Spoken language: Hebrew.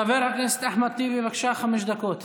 חבר הכנסת אחמד טיבי, בבקשה, חמש דקות.